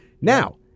Now